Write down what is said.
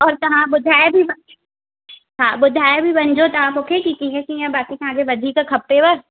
ओर तव्हां ॿुधाये बि हा ॿुधाये बि वञिजो की तां मुखे की कीअं कीअं बाक़ी तव्हांखे वधीक खपेव